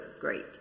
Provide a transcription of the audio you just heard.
great